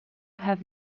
have